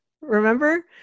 remember